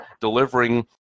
delivering